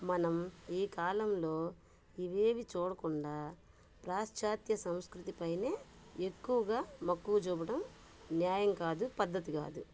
మనం ఈ కాలంలో ఇవేవి చూడకుండా ప్రాశ్చాత్య సంస్కృతి పైనే ఎక్కువగా మక్కువ చూపడం న్యాయం కాదు పద్ధతి కాదు